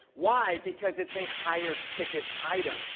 why? because it's a higher ticket item.